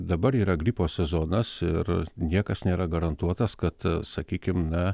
dabar yra gripo sezonas ir niekas nėra garantuotas kad sakykim na